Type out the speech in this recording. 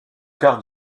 quarts